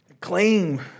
claim